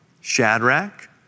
Shadrach